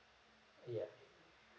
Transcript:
ya